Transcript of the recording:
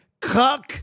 cuck